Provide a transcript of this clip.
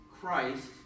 Christ